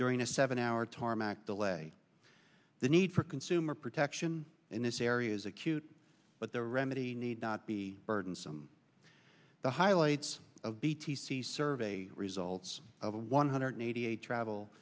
during a seven hour tarmac delay the need for consumer protection in this area is acute but the remedy need not be burdensome the highlights of the t c survey results of a one hundred eighty eight travel